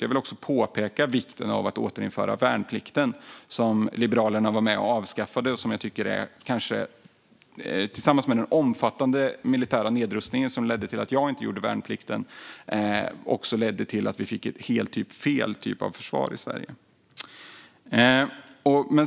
Jag vill också peka på vikten av att återinföra värnplikten, som Liberalerna var med och avskaffade. Tillsammans med den omfattande militära nedrustningen, som ledde till att jag inte gjorde värnplikten, ledde det avskaffandet till att vi fick helt fel typ av försvar i Sverige.